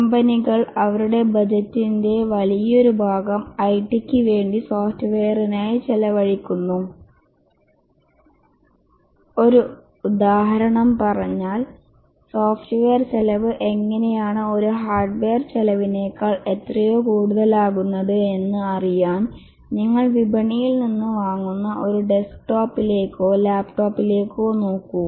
കമ്പനികൾ അവരുടെ ബജറ്റിന്റെ വലിയൊരു ഭാഗം ഐടിക്ക് വേണ്ടി സോഫ്റ്റ്വെയറിനായി ചെലവഴിക്കുന്നു ഒരു ഉദാഹരണം പറഞ്ഞാൽ സോഫ്റ്റ്വെയർ ചിലവ് എങ്ങനെയാണ് ഒരു ഹാർഡ്വെയർ ചെലവിനെക്കാൾ എത്രയോ കൂടുതലാകുന്നത് എന്ന് അറിയാൻ നിങ്ങൾ വിപണിയിൽ നിന്ന് വാങ്ങുന്ന ഒരു ഡെസ്ക്ടോപ്പിലേക്കോ ലാപ്ടോപ്പിലേക്കോ നോക്കൂ